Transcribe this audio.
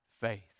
faith